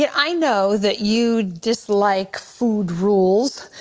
yeah i know that you dislike food rules.